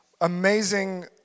amazing